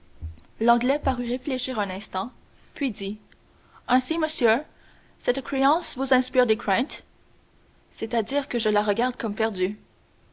l'anglais parut réfléchir un instant puis il dit ainsi monsieur cette créance vous inspire des craintes c'est-à-dire que je la regarde comme perdue